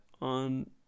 on